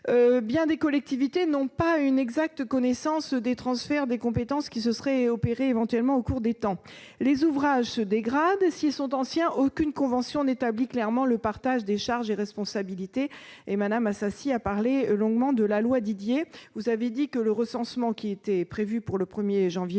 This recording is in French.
Bien des collectivités manquent d'une connaissance exacte des transferts de compétences qui se sont opérés au cours du temps. Les ouvrages se dégradent ; s'ils sont anciens, aucune convention n'établit clairement le partage des charges et responsabilités- Mme Assassi a parlé longtemps de la loi Didier. Vous avez dit que le recensement qui était prévu pour le 1 janvier